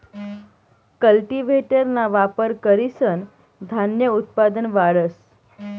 कल्टीव्हेटरना वापर करीसन धान्य उत्पादन वाढस